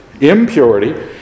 impurity